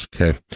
Okay